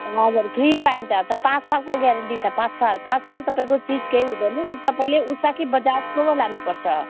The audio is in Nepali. हजुर फ्री पाइन्छ त पाँच सालको ग्यारेन्टी छ पाँच साल पाँच साल तपाईँको चिज केही हुँदैन तपाईँले उषा कि बजाजको लानु पर्छ